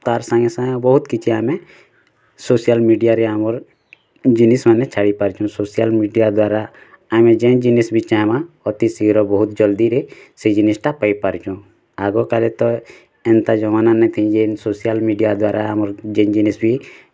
ତାର୍ ସାଙ୍ଗେ ସାଙ୍ଗେ ବହୁତ କିଛି ଆମେ ସୋସିଆଲ୍ ମିଡ଼ିଆରେ ଆମର୍ ଜିନିଷ୍ ମାନେ ଛାଡ଼ି ପାରସୁ ସୋସିଆଲ୍ ମିଡ଼ିଆ ଦ୍ଵାରା ଆମେ ଯେଇଁ ଜିନିଷ୍ ବି ଚାହିଁବା ଅତି ଶୀଘ୍ର ବହୁତ ଜଲ୍ଦିରେ ସେଇ ଜିନିଷ ଟା ପାଇଁ ପାରୁଚୁ ଆଗ କାଳେ ତ ଏନ୍ତା ଜମାନା ନେଇ ଥିନ ଯେନ୍ ସୋସିଆଲ୍ ମିଡ଼ିଆ ଦ୍ଵାରା ଆମର୍ ଯେନ୍ ଜିନିଷ୍ ବି